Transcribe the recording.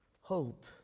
hope